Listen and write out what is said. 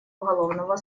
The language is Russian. уголовного